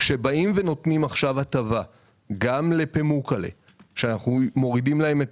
כשנותנים הטבה גם לפמוקלה כשאנחנו מורידים להם את